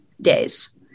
days